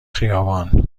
خیابان